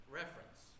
reference